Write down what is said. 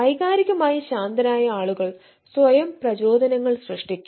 വൈകാരികമായി ശാന്തരായ ആളുകൾ സ്വയം പ്രചോദനങ്ങൾ സൃഷ്ടിക്കും